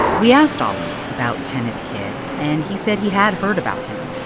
we asked alim about kenneth kidd, and he said he had heard about him.